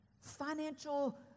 financial